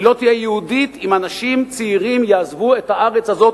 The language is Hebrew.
היא לא יהודית אם אנשים צעירים יעזבו את הארץ הזאת